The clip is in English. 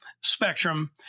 spectrum